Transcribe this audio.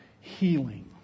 healing